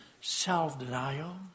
self-denial